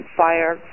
fire